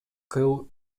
кылуу